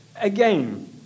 Again